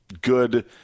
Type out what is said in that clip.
good